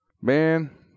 Man